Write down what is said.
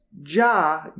Ja